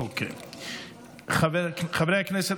חברי הכנסת,